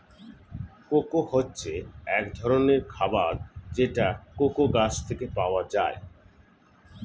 cocoa হচ্ছে এক ধরনের খাবার যেটা কোকো গাছ থেকে পাওয়া যায়